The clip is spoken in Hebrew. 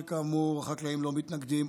שכאמור החקלאים לא מתנגדים,